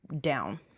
down